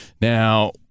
Now